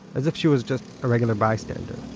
as if she was just a regular bystander.